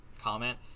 comment